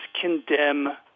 condemn